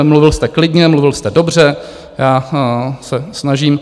Mluvil jste klidně, mluvil jste dobře, já se snažím...